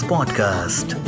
Podcast